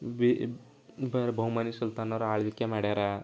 ಬೀ ಬಹುಮನಿ ಸುಲ್ತಾನರು ಆಳ್ವಿಕೆ ಮಾಡ್ಯಾರ